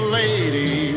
lady